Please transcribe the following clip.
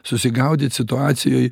susigaudyt situacijoj